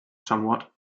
somewhat